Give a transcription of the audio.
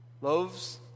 Loaves